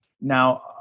Now